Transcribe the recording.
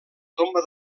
tomba